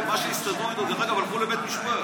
אגב, הלכו לבית משפט.